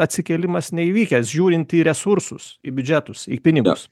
atsikėlimas neįvykęs žiūrint į resursus į biudžetus į pinigus